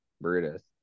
Brutus